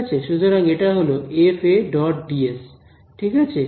সুতরাং এটা হল ঠিক আছে